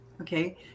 Okay